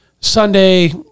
sunday